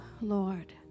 Lord